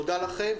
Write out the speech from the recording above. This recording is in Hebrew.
תודה לכם,